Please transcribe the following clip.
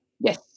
Yes